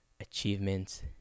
achievements